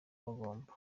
bagomba